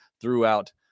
throughout